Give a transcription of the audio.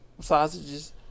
sausages